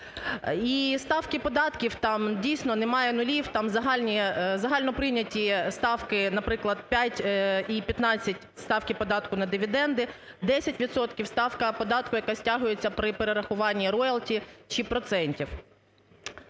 І ставки податків, там дійсно немає нулів, там загальноприйняті ставки, наприклад, 5 і 15 ставки податку на дивіденди, 10 відсотків ставка податку, яка стягується при перерахуванні роялті чи процентів.